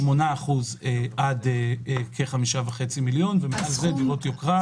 8% עד 5.5 מיליון, ומעל זה דירות יוקרה.